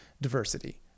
diversity